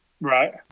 Right